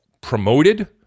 promoted